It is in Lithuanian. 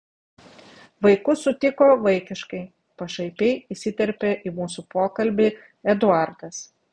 vaikus sutiko vaikiškai pašaipiai įsiterpė į mūsų pokalbį eduardas